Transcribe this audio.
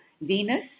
Venus